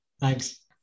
Thanks